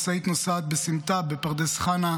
משאית נוסעת בסמטה בפרדס חנה,